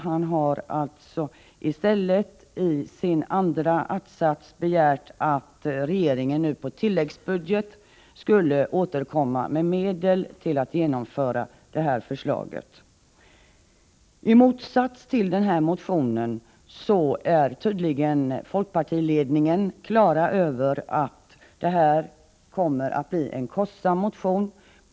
Han har alltså i stället i sin andra att-sats begärt att regeringen på tilläggsbudget skall återkomma med medel för att genomföra förslaget. I motsats till den motionen har tydligen folkpartiledningen klart för sig att motionsförslaget kommer att bli kostsamt.